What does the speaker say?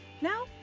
Now